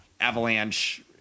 avalanche